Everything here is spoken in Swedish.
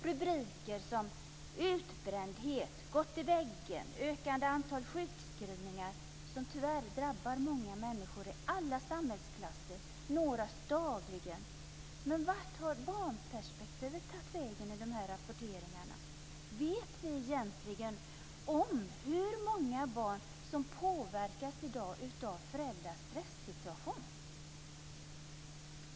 Rubriker som "utbrändhet", "gått i väggen" och "ökande antal sjukskrivningar", som tyvärr drabbar många människor i alla samhällsklasser, når oss dagligen. Vart har barnperspektivet tagit vägen i de här rapporteringarna? Vet vi egentligen hur många barn som påverkas i dag av föräldrarnas stressituation?